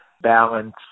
balance